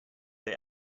they